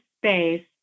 space